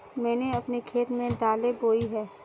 मैंने अपने खेत में दालें बोई हैं